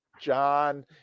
John